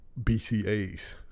BCAs